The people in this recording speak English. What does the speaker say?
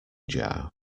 jar